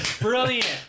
Brilliant